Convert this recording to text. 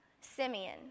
Simeon